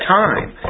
time